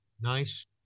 Nice